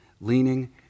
leaning